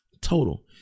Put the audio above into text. Total